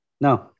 No